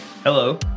Hello